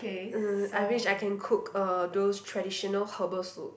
uh I wished I can cook uh those traditional herbal soup